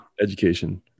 Education